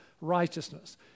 righteousness